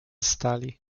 stali